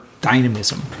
dynamism